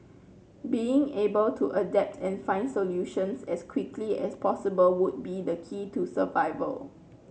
being able to adapt and find solutions as quickly as possible would be the key to survival